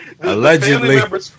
allegedly